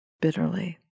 bitterly